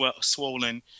swollen